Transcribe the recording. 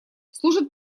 служит